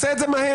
תעשה את זה מהר.